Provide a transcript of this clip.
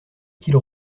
style